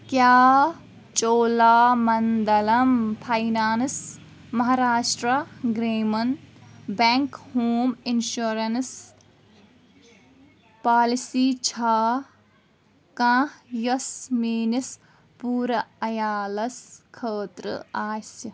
کیٛاہ Cholamandalam finance Maharashtra Gramin bank home insurance policy چھا کانٛہہ یۄس میٲنِس پوٗرٕ عیالَس خٲطرٕ آسہِ؟